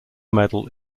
medal